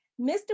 mr